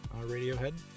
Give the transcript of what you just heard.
Radiohead